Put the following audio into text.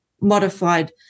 modified